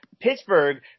Pittsburgh